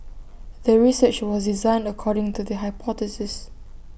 the research was designed according to the hypothesis